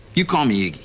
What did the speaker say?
you call me iggy.